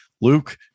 Luke